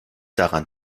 daran